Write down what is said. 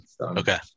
Okay